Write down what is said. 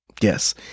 Yes